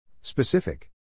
Specific